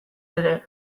ere